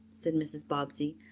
said mrs. bobbsey.